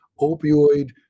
opioid